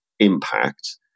impact